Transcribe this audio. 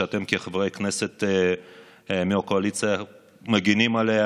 שאתם כחברי כנסת מהקואליציה מגינים עליו